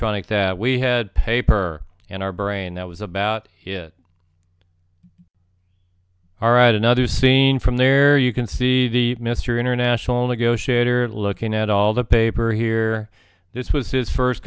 electronic that we had paper in our brain that was about it all right another scene from there you can see the mr international negotiator looking at all the paper here this was his first